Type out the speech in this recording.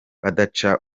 badacana